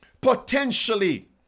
potentially